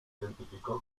identificó